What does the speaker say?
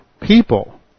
people